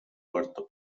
puerto